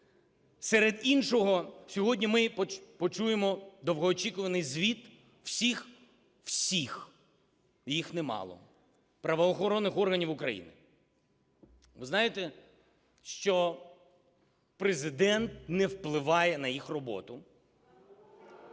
Серед іншого сьогодні ми почуємо довгоочікуваний звіт всіх – всіх, і їх немало – правоохоронних органів України. Ви знаєте, що Президент не впливає на їх роботу.